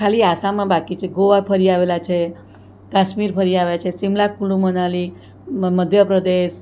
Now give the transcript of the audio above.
ખાલી આસામમાં બાકી છે ગોવા ફરી આવેલા છે કાશ્મીર ફરી આવ્યા છે શિમલા કુલુમનાલી મ મધ્યપ્રદેશ